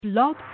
blog